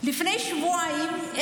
לפני שבועיים.